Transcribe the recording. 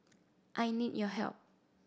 I need your help